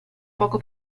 poco